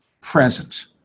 present